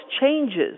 changes